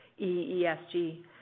EESG